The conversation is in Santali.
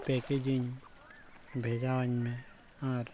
ᱯᱮᱠᱮᱡᱽᱤᱝ ᱵᱷᱮᱡᱟᱣᱟᱹᱧ ᱢᱮ ᱟᱨ